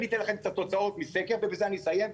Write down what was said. אני אתן לכם קצת תוצאות מסקר ובזה אסיים.